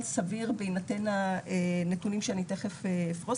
סביר בהינתן הנתונים שאני תיכף אפרוש